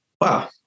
Wow